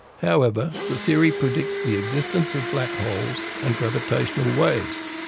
however, the theory predicts the existence of black holes and gravitational waves,